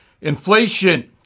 Inflation